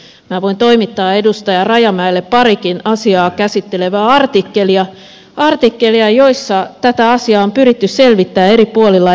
minä voin toimittaa edustaja rajamäelle parikin asiaa käsittelevää artikkelia artikkelia joissa tätä asiaa on pyritty selvittämään eri puolilla eurooppaa